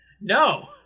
No